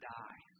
die